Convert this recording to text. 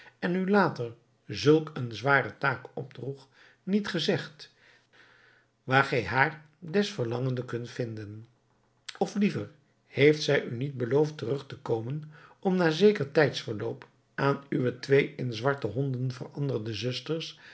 en u later zulk een zwaren taak opdroeg niet gezegd waar gij haar des verlangende kunt vinden of liever heeft zij u niet beloofd terug te komen om na zeker tijdsverloop aan uwe twee in zwarte honden veranderde zusters